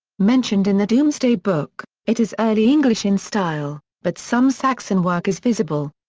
mentioned in the domesday book, it is early english in style, but some saxon work is visible.